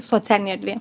socialinėj erdvėje